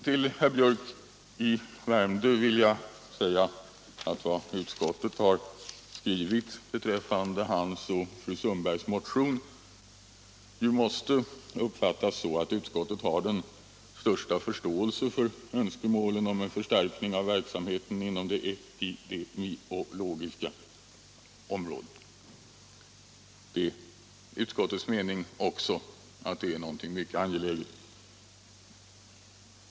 Till herr Biörck i Värmdö vill jag säga, att vad utskottet har skrivit beträffande hans och fru Sundbergs motion måste uppfattas så, att utskottet har den största förståelse för önskemålen om en förstärkning av verksamheten inom det epidemiologiska området. Det är också enligt utskottets mening något mycket angeläget.